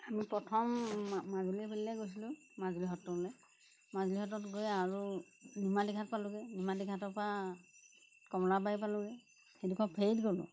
আমি প্ৰথম মাজুলী গৈছিলোঁ মাজুলী সত্ৰলৈ মাজুলী সত্ৰত গৈ আৰু নিমাতীঘাট পালোগৈ নিমাতীঘাটৰ পৰা কমলাবাৰী পালোগৈ সেইডোখৰ ফেৰিত গ'লোঁ